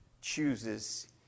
chooses